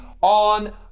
on